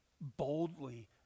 boldly